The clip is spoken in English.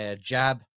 jab